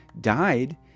died